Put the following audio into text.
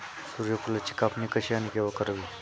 सूर्यफुलाची कापणी कशी आणि केव्हा करावी?